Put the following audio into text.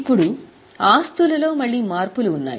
ఇప్పుడు ఆస్తులలో మళ్ళీ మార్పులు ఉన్నాయి